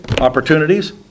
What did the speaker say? opportunities